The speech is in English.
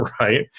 right